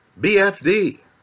BFD